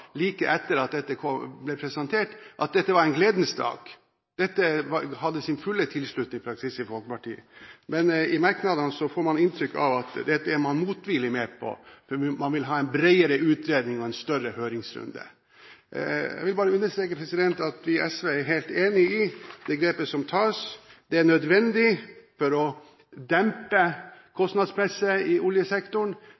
like etter at dette ble presentert, at det var en gledens dag, og dette hadde sin fulle tilslutning fra Kristelig Folkeparti. Men i merknadene får man inntrykk av at man er motvillig med på dette. Man vil ha en bredere utredning og en større høringsrunde. Jeg vil bare understreke at vi i SV er helt enig i det grepet som tas. Det er nødvendig for å dempe